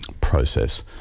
process